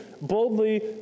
boldly